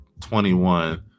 21